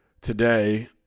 today